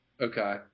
Okay